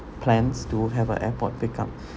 plans to have a airport pickup